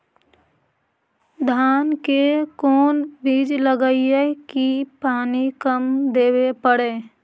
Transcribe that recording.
धान के कोन बिज लगईऐ कि पानी कम देवे पड़े?